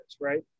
right